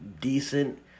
decent